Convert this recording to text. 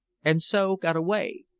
and so got away.